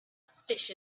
fish